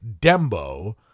Dembo